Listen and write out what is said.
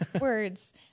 Words